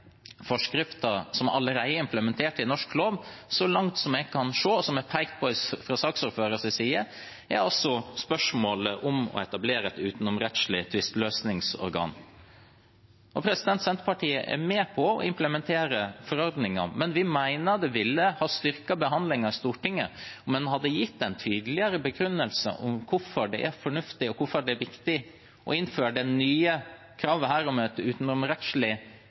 som allerede er implementert i norsk lov – så langt jeg kan se, og som er pekt på fra saksordførerens side – er spørsmålet om å etablere et utenomrettslig tvisteløsningsorgan. Senterpartiet er med på å implementere forordningen, men vi mener det ville ha styrket behandlingen i Stortinget om en hadde gitt en tydeligere begrunnelse for hvorfor det er fornuftig og viktig å innføre det nye kravet